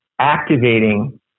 activating